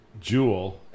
Jewel